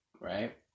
right